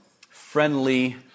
friendly